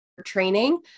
Training